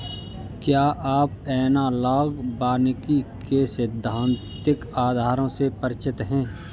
क्या आप एनालॉग वानिकी के सैद्धांतिक आधारों से परिचित हैं?